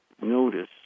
notice